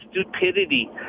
stupidity